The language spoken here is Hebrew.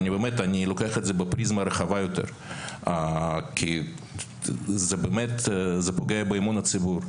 אני לוקח את זה בפריזמה רחבה יותר כי זה באמת פוגע באמון הציבור,